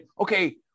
okay